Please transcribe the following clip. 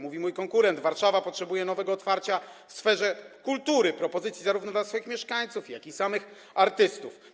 Mój konkurent mówi: Warszawa potrzebuje nowego otwarcia w sferze kultury, propozycji zarówno dla swoich mieszkańców, jak i samych artystów.